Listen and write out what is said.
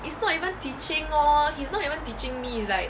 it's not even teaching lor he's not even teaching me it's like